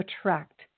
attract